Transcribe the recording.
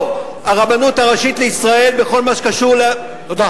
או הרבנות הראשית לישראל, בכל מה שקשור, תודה.